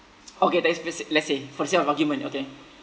okay tax free let's say for the sake of argument okay